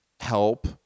help